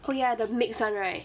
oh ya the mixed one right